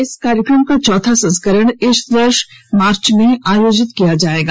इस कार्यक्रम का चौथा संस्करण इस वर्ष मार्च में आयोजित किया जाएगा